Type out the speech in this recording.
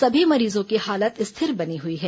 सभी मरीजों की हालत स्थिर बनी हुई है